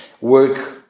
work